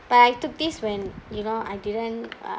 but I took this when you know I didn't